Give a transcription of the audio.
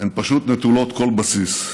הן פשוט נטולות כל בסיס.